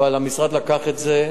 אבל המשרד לקח את זה.